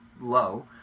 low